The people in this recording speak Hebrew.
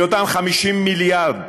מאותם 50 מיליארד,